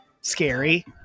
Scary